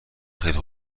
خیلی